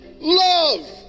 love